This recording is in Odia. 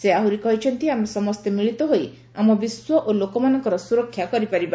ସେ ଆହୁରି କହିଛନ୍ତି ଆମେ ସମସ୍ତେ ମିଳିତ ହୋଇ ଆମ ବିଶ୍ୱ ଓ ଲୋକମାନଙ୍କର ସୁରକ୍ଷା କରିପାରିବା